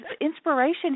inspiration